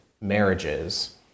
marriages